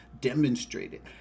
demonstrated